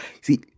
See